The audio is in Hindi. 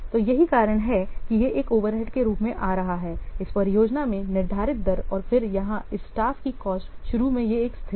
तो यही कारण है कि यह एक ओवरहेड के रूप में आ रहा है इस परियोजना में निर्धारित दर और फिर यहां इस स्टाफ की कॉस्ट शुरू में यह एक स्थिर थी